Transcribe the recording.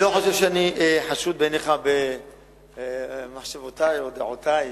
אני לא חושב שאני חשוד בעיניך במחשבותי או בדעותי.